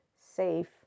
safe